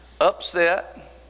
upset